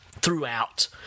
throughout